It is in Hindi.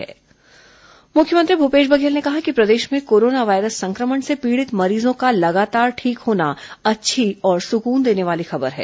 कोरोना मुख्यमंत्री बयान मुख्यमंत्री भूपेश बघेल ने कहा है कि प्रदेश में कोरोना वायरस संक्रमण से पीड़ित मरीजों का लगातार ठीक होना अच्छी और सुकून देनी वाली खबर है